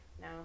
no